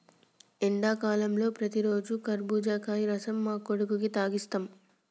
ఎండాకాలంలో ప్రతిరోజు కర్బుజకాయల రసం మా కొడుకుకి తాగిస్తాం